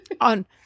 on